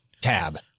Tab